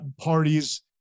parties